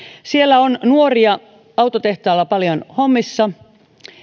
siellä on nuoria autotehtaalla paljon hommissa